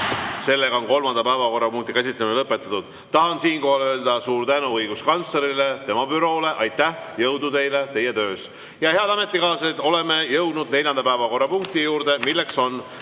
viimiseks. Kolmanda päevakorrapunkti käsitlemine on lõpetatud. Tahan siinkohal öelda suur tänu õiguskantslerile ja tema büroole. Aitäh! Jõudu teile teie töös! Head ametikaaslased, oleme jõudnud neljanda päevakorrapunkti juurde, milleks on